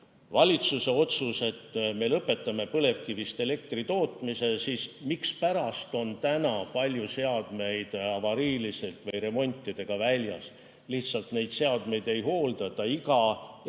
valitsuse otsus, et me lõpetame põlevkivist elektri tootmise, siis mispärast on täna palju seadmeid avariilised või remontide tõttu [kasutusest] väljas? Lihtsalt neid seadmeid ei hooldata. Iga ettevõtja